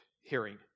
hearing